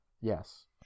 Yes